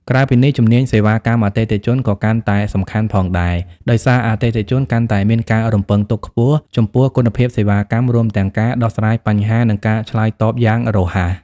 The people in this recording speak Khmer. ក្រៅពីនេះ ជំនាញសេវាកម្មអតិថិជន ក៏កាន់តែសំខាន់ផងដែរ ដោយសារអតិថិជនកាន់តែមានការរំពឹងទុកខ្ពស់ចំពោះគុណភាពសេវាកម្ម រួមទាំងការដោះស្រាយបញ្ហា និងការឆ្លើយតបយ៉ាងរហ័ស។